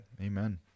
Amen